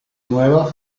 nueva